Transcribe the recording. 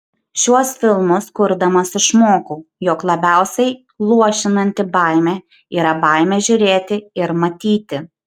šiuos filmus kurdamas išmokau jog labiausiai luošinanti baimė yra baimė žiūrėti ir matyti